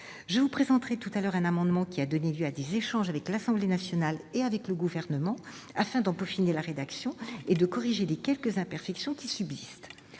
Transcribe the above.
Je vous présenterai tout à l'heure un amendement, qui a donné lieu à des échanges avec l'Assemblée nationale et le Gouvernement, afin d'en peaufiner la rédaction et de corriger les quelques imperfections qui subsistent.